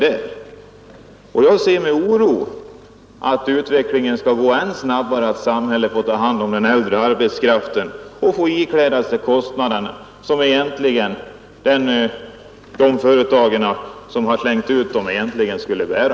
Jag ser med oro på möjligheten att utvecklingen skall gå ännu snabbare i riktning mot att samhället i ännu större utsträckning får ta hand om den äldre arbetskraften och ikläda sig kostnader som egentligen de företag som slängt ut de äldre borde bära.